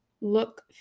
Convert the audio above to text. look